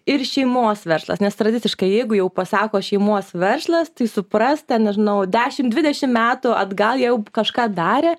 ir šeimos verslas nes tradiciškai jeigu jau pasako šeimos verslas tai suprask ten nežinau dešim dvidešim metų atgal jau kažką darė